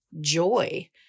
joy